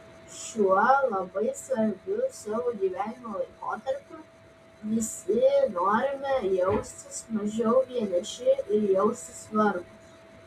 šiuo labai svarbiu savo gyvenimo laikotarpiu visi norime jaustis mažiau vieniši ir jaustis svarbūs